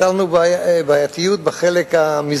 היתה לנו בעייתיות בחלק המזרחי